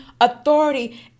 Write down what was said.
authority